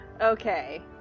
Okay